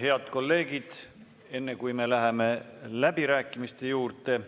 Head kolleegid, enne kui me läheme läbirääkimiste juurde: